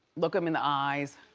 look them in the eyes.